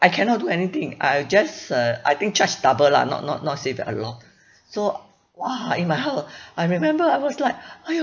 I cannot do anything I I just uh I think charged double lah not not not say the a lot so !wah! in my heart I remember I was like !haiyo!